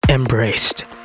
Embraced